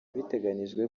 biteganyijwe